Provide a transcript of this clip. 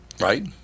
Right